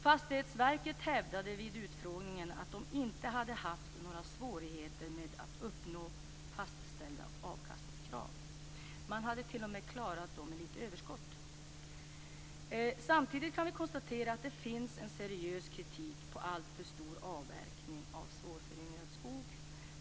Fastighetsverket hävdade vid utfrågningen att man inte hade haft några svårigheter med att uppnå fastställda avkastningskrav. Man hade t.o.m. klarat dem med ett litet överskott. Samtidigt kan vi konstatera att det finns en seriös kritik mot alltför stor avverkning av svårföryngrad skog.